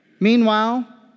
Meanwhile